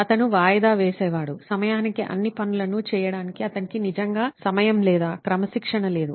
అతను వాయిదా వేసేవాడు సమయానికి అన్ని పనులను చేయడానికి అతనికి నిజంగా సమయం లేదా క్రమశిక్షణ లేదు